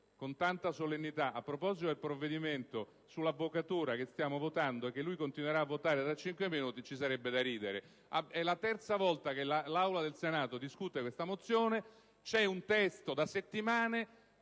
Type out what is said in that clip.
con tanta solennità a proposito del provvedimento sull'avvocatura che stiamo votando, e che lui continuerà a votare tra cinque minuti, ci sarebbe da ridere. È la terza volta che l'Aula del Senato discute questa mozione; è disponibile un testo da settimane.